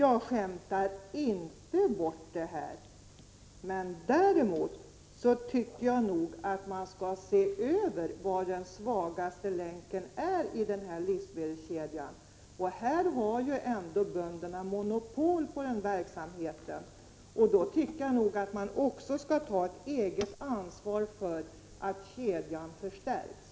Jag skämtar inte bort det hon talar om. Däremot tycker jag att man skall se över var den svagaste länken finns i livsmedelskedjan. Bönderna har ändå monopol på den verksamheten, och de bör därför ta ett eget ansvar för att kedjan förstärks.